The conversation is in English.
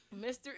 Mr